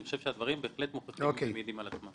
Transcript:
אני חושב שהדברים בהחלט מוכיחים ומעידים על עצמם.